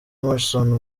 morrison